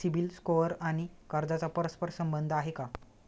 CIBIL score आणि कर्जाचा परस्पर संबंध आहे का?